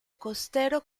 costero